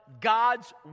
God's